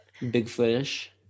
Bigfoot-ish